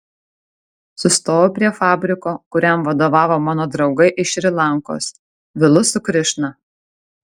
sustojau prie fabriko kuriam vadovavo mano draugai iš šri lankos vilu su krišna